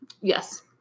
Yes